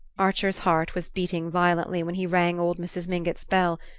archer's heart was beating violently when he rang old mrs. mingott's bell.